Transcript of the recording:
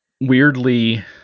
weirdly